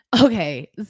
okay